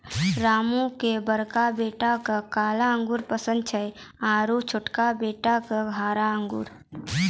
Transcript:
रामू के बड़का बेटा क काला अंगूर पसंद छै आरो छोटका बेटा क हरा अंगूर